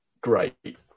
great